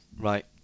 Right